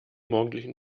morgendlichen